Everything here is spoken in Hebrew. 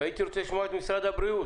הייתי רוצה לשמוע את משרד הבריאות.